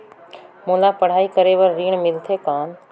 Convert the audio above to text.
मोला पढ़ाई करे बर ऋण मिलथे कौन?